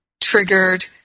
triggered